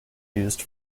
used